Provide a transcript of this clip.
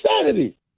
insanity